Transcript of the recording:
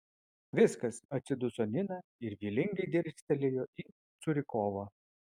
viskas atsiduso nina ir vylingai dirstelėjo į curikovą